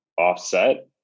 offset